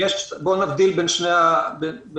בוא נבדיל בין שתי הקטגוריות.